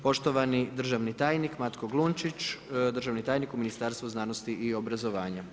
Poštovani državni tajnik Matko Glunčić državni tajnik u Ministarstvu znanosti i obrazovanja.